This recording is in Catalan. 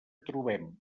trobem